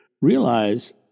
realize